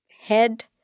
head